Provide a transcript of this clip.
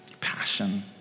passion